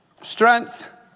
strength